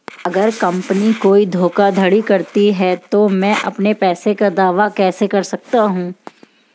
अगर कंपनी कोई धोखाधड़ी करती है तो मैं अपने पैसे का दावा कैसे कर सकता हूं?